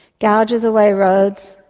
gouges away roads,